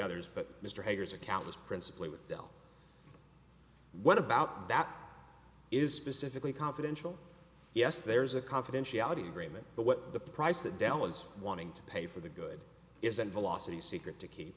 others but mr eggers account is principally with dell what about that is specifically confidential yes there's a confidentiality agreement but what the price that dell is wanting to pay for the good isn't velocity secret to keep